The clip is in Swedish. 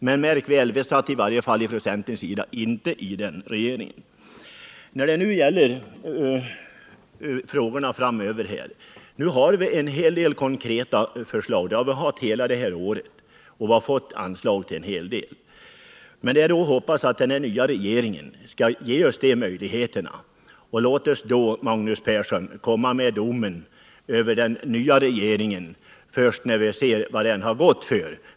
Men märk väl att vi i centern i varje fall inte satt i den regeringen. När det nu gäller de frågor som är aktuella framöver har vi åtskilliga konkreta förslag — det har vi haft hela det här året — och vi har fått anslag till en hel del. Det är att hoppas att den nya regeringen skall ge oss de möjligheter vi behöver. Och låt oss då, Magnus Persson, komma med domen över den nya regeringen först när vi ser vad den går för.